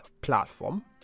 platform